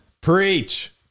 Preach